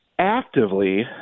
actively